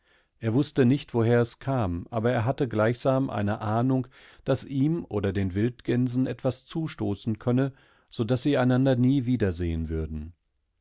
er wußte nicht woher es kam aber er hatte gleichsam eine ahnung daß ihm oder den wildgänsen etwas zustoßen könne so daß sie einander nie wiedersehen würden